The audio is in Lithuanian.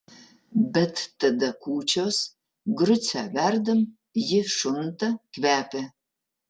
bet tada kūčios grucę verdam ji šunta kvepia